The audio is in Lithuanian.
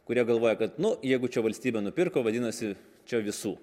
kurie galvoja kad nu jeigu čia valstybė nupirko vadinasi čia visų